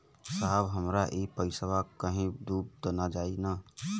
साहब हमार इ पइसवा कहि डूब त ना जाई न?